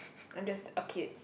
I'm just a kid